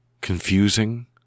confusing